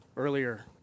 earlier